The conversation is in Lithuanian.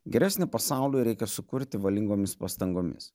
geresnį pasaulį reikia sukurti valingomis pastangomis